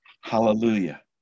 Hallelujah